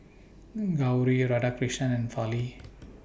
Gauri Radhakrishnan and Fali